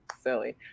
silly